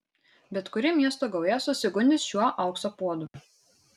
bet kuri miesto gauja susigundys šiuo aukso puodu